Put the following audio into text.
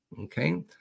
Okay